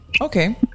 Okay